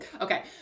Okay